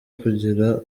kugira